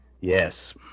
Yes